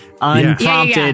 unprompted